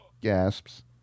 gasps